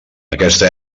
aquesta